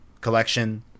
Collection